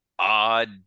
odd